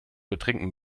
betrinken